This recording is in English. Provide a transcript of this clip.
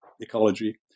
ecology